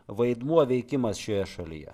vaidmuo veikimas šioje šalyje